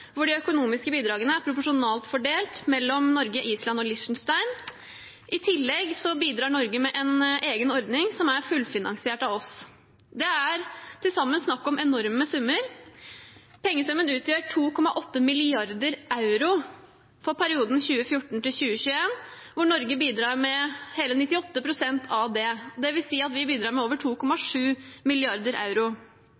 hvor de økonomiske bidragene er proporsjonalt fordelt mellom Norge, Island og Liechtenstein. I tillegg bidrar Norge med en egen ordning som er fullfinansiert av oss. Det er til sammen snakk om enorme summer. Pengesummen utgjør 2,8 mrd. euro for perioden 2014–2021, hvor Norge bidrar med hele 98 pst. av dette. Det vil si at vi bidrar med over